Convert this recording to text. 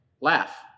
laugh